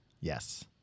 Yes